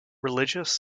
religious